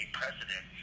president